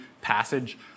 passage